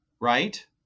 right